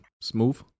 smooth